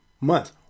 month